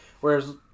whereas